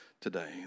today